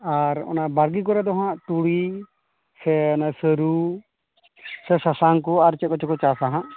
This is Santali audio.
ᱟᱨ ᱚᱱᱟ ᱵᱟᱹᱲᱜᱤ ᱠᱚᱨᱮ ᱫᱚᱦᱟᱜ ᱛᱩᱲᱤ ᱥᱮ ᱥᱟᱹᱨᱩ ᱥᱮ ᱥᱟᱥᱟᱝ ᱠᱚ ᱟᱨ ᱪᱮᱫ ᱠᱚᱪᱚ ᱠᱚ ᱪᱟᱥᱟ ᱦᱟᱜ